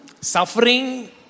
suffering